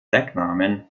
decknamen